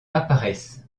apparaissent